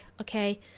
okay